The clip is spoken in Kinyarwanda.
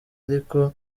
ariko